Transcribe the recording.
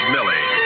Millie